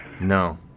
No